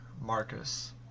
Marcus